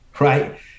right